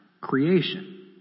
creation